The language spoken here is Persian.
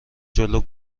جلو